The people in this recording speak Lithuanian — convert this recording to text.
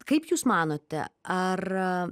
kaip jūs manote ar